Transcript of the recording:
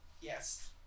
Yes